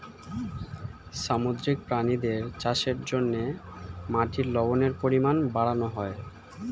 সামুদ্রিক প্রাণীদের চাষের জন্যে মাটির লবণের পরিমাণ বাড়ানো হয়